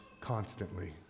constantly